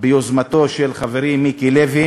ביוזמתו של חברי מיקי לוי